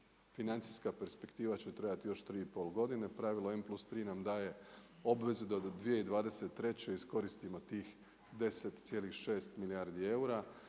financijska perspektiva će trajati još 3,5 godine i pravilo N+3 nam daje obvezu da do 2023. iskoristimo tih 10,6 milijardi eura